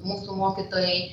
mūsų mokytojai